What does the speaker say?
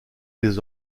les